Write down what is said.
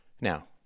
Now